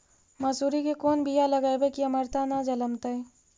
मसुरी के कोन बियाह लगइबै की अमरता न जलमतइ?